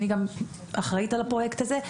אני גם אחראית על הפרויקט הזה,